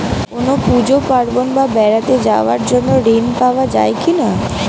কোনো পুজো পার্বণ বা বেড়াতে যাওয়ার জন্য ঋণ পাওয়া যায় কিনা?